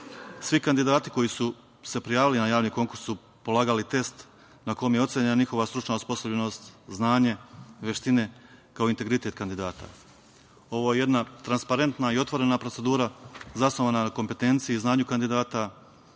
Svi kandidati koji su se prijavili na javni konkurs su polagali test na kom je ocenjena njihova stručna osposobljenost, znanje, veštine kao integritet kandidata. Ovo je jedna transparentna i otvorena procedura zasnovana na kompetenciji i znanju kandidata,